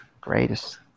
greatest